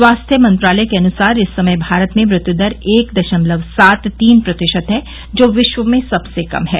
स्वास्थ्य मंत्रालय के अनुसार इस समय भारत में मृत्युदर एक दशमलव सात तीन प्रतिशत है जो विश्व में सबसे कम है